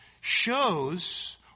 shows